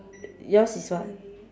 yours is what